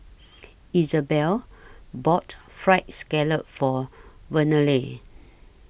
Isabela bought Fried Scallop For Vernelle